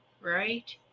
right